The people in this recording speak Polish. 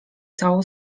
całą